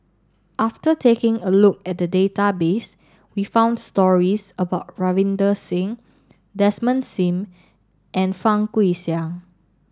after taking a look at the database we found stories about Ravinder Singh Desmond Sim and Fang Guixiang